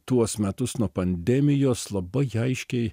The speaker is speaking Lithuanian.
tuos metus nuo pandemijos labai aiškiai